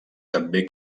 també